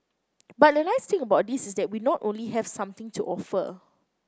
but the nice thing about this is that we not only have something to offer